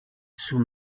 sous